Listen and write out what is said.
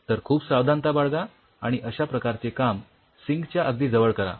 तर खूप सावधानता बाळगा आणि अश्या प्रकारचे काम सिंकच्या अगदी जवळ करा